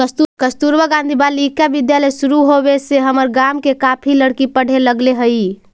कस्तूरबा गांधी बालिका विद्यालय शुरू होवे से हमर गाँव के काफी लड़की पढ़े लगले हइ